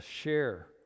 share